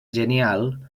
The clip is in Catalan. genial